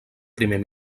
primer